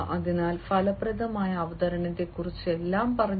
അതിനാൽ ഫലപ്രദമായ അവതരണത്തെക്കുറിച്ച് എല്ലാം പറഞ്ഞു